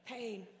pain